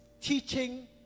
teaching